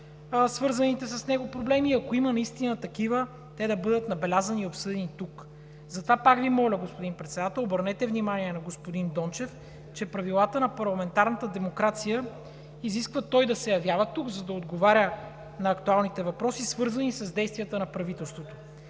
свързаните с него проблеми и, ако има наистина такива, те да бъдат набелязани и обсъдени тук. Затова пак Ви моля, господин Председател, обърнете внимание на господин Дончев, че правилата на парламентарната демокрация изискват той да се явява тук, за да отговаря на актуалните въпроси, свързани с действията на правителството.